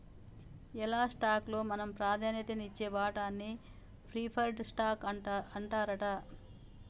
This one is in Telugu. ఎలా స్టాక్ లో మనం ప్రాధాన్యత నిచ్చే వాటాన్ని ప్రిఫర్డ్ స్టాక్ అంటారట